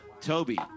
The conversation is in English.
Toby